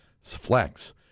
Flex